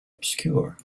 obscure